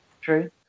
true